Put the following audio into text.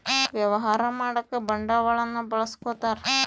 ವ್ಯವಹಾರ ಮಾಡಕ ಬಂಡವಾಳನ್ನ ಬಳಸ್ಕೊತಾರ